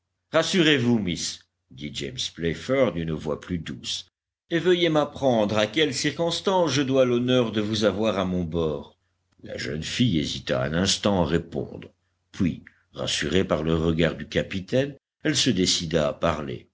rassurez-vous miss dit james playfair d'une voix plus douce et veuillez m'apprendre à quelle circonstance je dois l'honneur de vous avoir à mon bord la jeune fille hésita un instant à répondre puis rassurée par le regard du capitaine elle se décida à parler